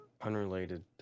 Unrelated